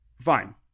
Fine